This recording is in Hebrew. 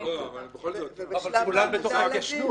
בכל זאת, מיהו